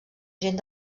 gent